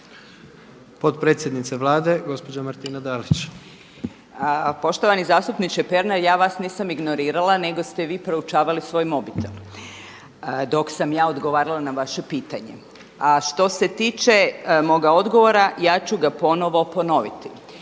Potpredsjednica Vlade, gospođa Martina Dalić. **Dalić, Martina (Nezavisni)** Poštovani zastupniče Pernar, ja vam nisam ignorirali nego ste vi proučavali svoj mobitel dok sam ja odgovarala na vaše pitanje. A što se tiče moga odgovora ja ću ga ponovo ponoviti.